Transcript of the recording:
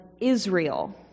Israel